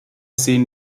sehen